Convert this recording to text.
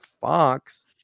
fox